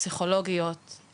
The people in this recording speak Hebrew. פסיכולוגיות,